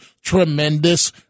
tremendous